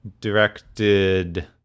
directed